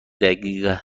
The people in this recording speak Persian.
دقیقه